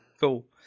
Cool